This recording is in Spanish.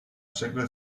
secret